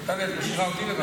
אבל טלי, את משאירה אותי לבד.